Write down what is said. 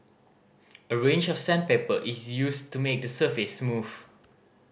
a range of sandpaper is used to make the surface smooth